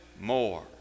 more